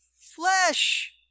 flesh